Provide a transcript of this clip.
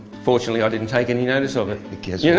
fortunately i didn't take any notice of it, guess yeah